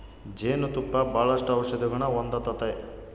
ಜೇನು ತುಪ್ಪ ಬಾಳಷ್ಟು ಔಷದಿಗುಣ ಹೊಂದತತೆ